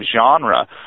genre